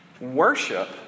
worship